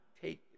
take